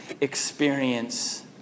experience